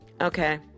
Okay